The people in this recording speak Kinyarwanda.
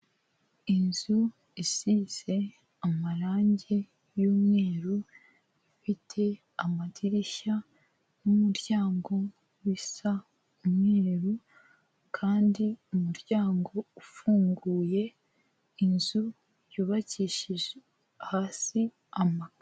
Inzu isize amarangi y'umweru, ifite amadirishya n'umuryango bisa umweru, kandi umuryango ufunguye. Inzu yubakishije hasi amakaro.